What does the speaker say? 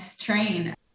train